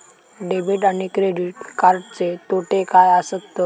Debit आणि credit कार्डचे तोटे काय आसत तर?